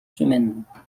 semaines